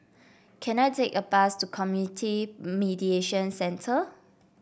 can I take a bus to Community Mediation Centre